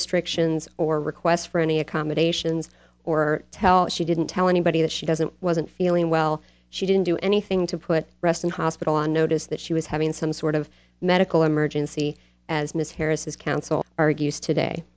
restrictions or requests for any accommodations or tell she didn't tell anybody that she doesn't wasn't feeling well she didn't do anything to put rest and hospital on notice that she was having some sort of medical emergency as ms harris his counsel argues today